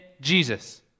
Jesus